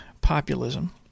populism